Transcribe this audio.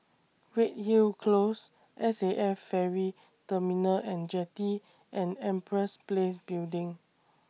Redhill Close S A F Ferry Terminal and Jetty and Empress Place Building